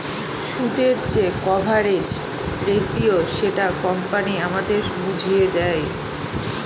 সুদের যে coverage ratio সেটা কোম্পানি আমাদের বুঝিয়ে দেয়